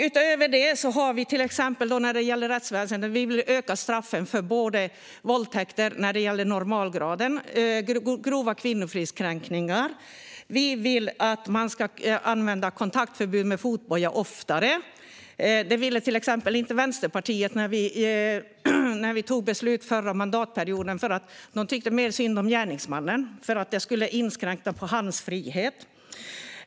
Utöver detta vill vi när det gäller rättsväsendet öka straffen för våldtäkter när det gäller normalgraden och för grova kvinnofridskränkningar. Vi vill att man ska använda kontaktförbud med fotboja oftare. Det ville till exempel inte Vänsterpartiet när vi tog beslut förra mandatperioden. De tyckte mer synd om gärningsmannen, och detta skulle inskränka på hans frihet.